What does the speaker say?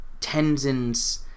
Tenzin's